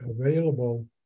available